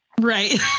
right